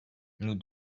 nous